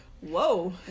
Whoa